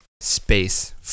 space